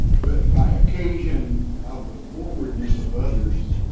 but by occasion of the forwardness of others